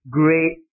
great